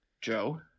Joe